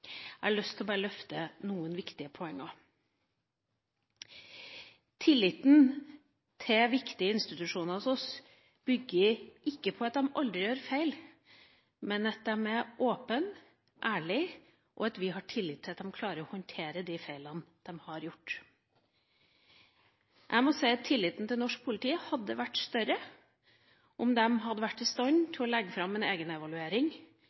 Jeg har bare lyst til å løfte noen viktige poeng. Tilliten til viktige institusjoner hos oss bygger ikke på at de aldri gjør feil, men at de er åpne og ærlige, og at de klarer å håndtere de feilene de har gjort. Jeg må si at tilliten til norsk politi hadde vært større om de hadde vært i stand til å legge fram en